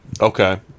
Okay